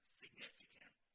significant